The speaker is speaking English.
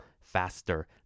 faster